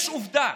יש עובדה.